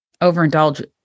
overindulge